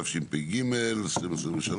התשפ"ג-2023